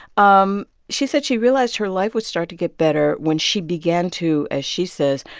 um she said she realized her life would start to get better when she began to, as she says,